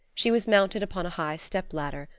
she was mounted upon a high stepladder,